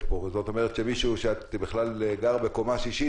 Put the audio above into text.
אולי זה רק מי ש-30 מטר,